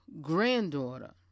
granddaughter